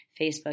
Facebook